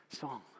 song